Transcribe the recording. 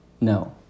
No